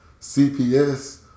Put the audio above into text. CPS